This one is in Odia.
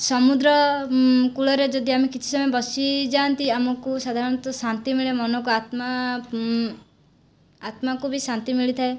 ସମୁଦ୍ର କୂଳରେ ଯଦି ଆମେ କିଛି ସମୟ ବସିଯାଆନ୍ତି ଆମକୁ ସାଧାରଣତଃ ଶାନ୍ତି ମିଳେ ମନକୁ ଆତ୍ମା ଆତ୍ମାକୁ ବି ଶାନ୍ତି ମିଳିଥାଏ